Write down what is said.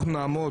אנחנו נעמוד,